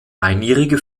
einjährige